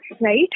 right